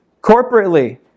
Corporately